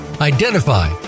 identify